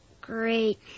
Great